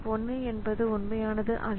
1 என்பது உண்மையானது அல்ல